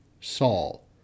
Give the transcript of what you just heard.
Saul